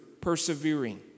persevering